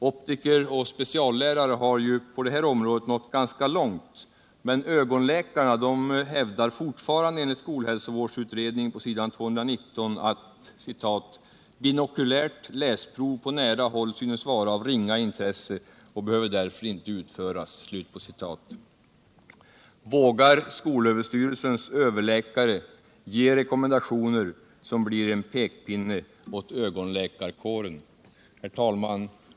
Optiker och speciallärare har på detta område nått ganska långt, men ögonläkarna hävdar fortfarande, enligt skolhälsovårdsutredningens betänkande s. 220, följande: ”Binoculärt läsprov på nära håll synes vara av ringa intresse och behöver därför icke utföras.” Vågar skolöverstyrelsens överläkare ge rekommendationer som blir en pekpinne åt ögonläkarkåren? Herr talman!